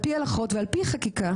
על פי הלכות ועל פי חקיקה.